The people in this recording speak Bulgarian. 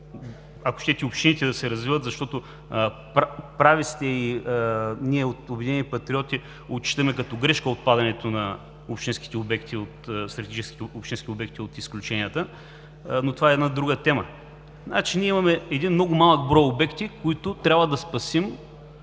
ако щете, общините да се развиват. Прави сте, ние от „Обединени патриоти“ отчитаме като грешка отпадането на общинските обекти от изключенията, но това е една друга тема. Ние имаме един много малък брой обекти, които трябва да спасим